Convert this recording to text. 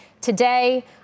today